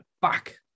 back